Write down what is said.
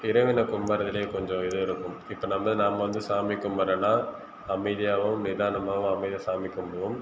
இறைவனை கும்பிடுறதுலே கொஞ்சம் இது இருக்கும் இப்போ நம்ம நாம வந்து சாமி கும்பிடுறோன்னா அமைதியாகவும் நிதானமாகவும் அப்படியே சாமி கும்பிடுவோம்